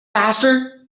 faster